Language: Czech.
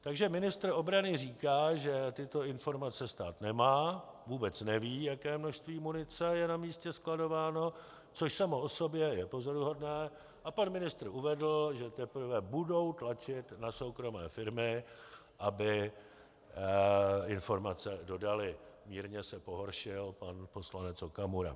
Takže ministr obrany říká, že tyto informace stát nemá, vůbec neví, jaké množství munice je na místě skladováno, což samo o sobě je pozoruhodné, a pan ministr uvedl, že teprve budou tlačit na soukromé firmy, aby informace dodaly, mírně se pohoršil pan poslanec Okamura.